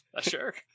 sure